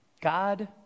God